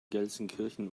gelsenkirchen